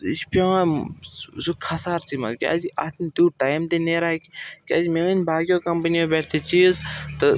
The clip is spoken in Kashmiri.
یہِ چھُ پیٚوان سُہ سُہ خسارسٕے منٛز کیازِ اَتھ نہٕ تیوٗت ٹایم تہِ نیران کیٚنٛہہ کیازِ مےٚ أنۍ باقٕیو کَمپٔنیو پٮ۪ٹھ تہِ چیٖز تہٕ